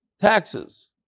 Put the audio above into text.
taxes